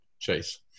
Chase